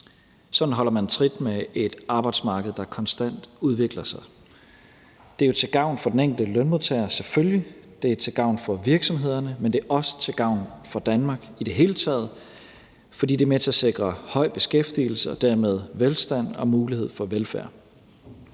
Sådan holder man trit med et arbejdsmarked, der konstant udvikler sig. Det er jo til gavn for den enkelte lønmodtager, selvfølgelig, og det er til gavn for virksomhederne, men det er også til gavn for Danmark i det hele taget, for det er med til at sikre høj beskæftigelse og dermed velstand og mulighed for velfærd.